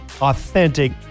authentic